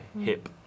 hip